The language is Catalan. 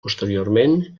posteriorment